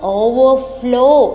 overflow